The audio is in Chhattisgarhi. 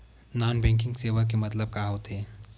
नॉन बैंकिंग सेवा के मतलब का होथे?